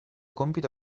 compito